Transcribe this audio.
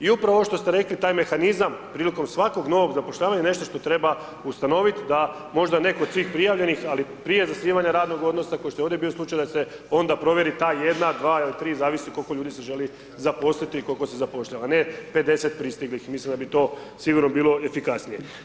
I upravo ovo što ste rekli, taj mehanizam prilikom svakog novog zapošljavanja je nešto što treba ustanovit da možda netko od tih prijavljenih, ali prije zasnivanja radnog odnosa ko što je ovdje bio slučaj da se onda provjeri ta jedna, dva ili tri zavisi koliko ljudi se želi zaposliti i kolko se zapošljava, ne 50 pristiglih, mislim da bi to sigurno bilo efikasnije.